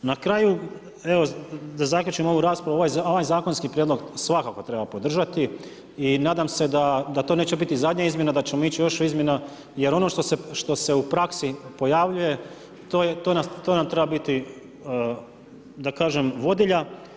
Na kraju, evo da zaključim ovu raspravu ovaj zakonski prijedlog svakako treba podržati i nadam se da to neće biti zadnja izmjena, da ćemo ići u još izmjena jer ono što se u praksi pojavljuje, to nam treba biti da kažem vodilja.